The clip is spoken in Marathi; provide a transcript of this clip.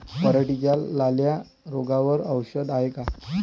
पराटीच्या लाल्या रोगावर औषध हाये का?